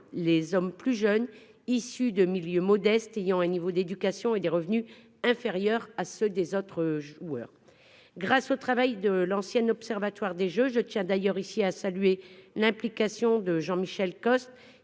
les autres joueurs, issus de milieux modestes et ayant un niveau d'éducation et des revenus inférieurs à ceux des autres joueurs. Grâce au travail de l'ancien Observatoire des jeux- je tiens d'ailleurs à saluer l'implication de Jean-Michel Costes